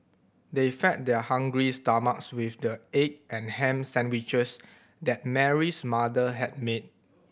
they fed their hungry stomachs with the egg and ham sandwiches that Mary's mother had made